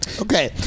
Okay